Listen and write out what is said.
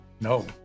No